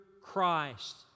Christ